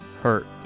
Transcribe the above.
Hurt